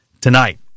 tonight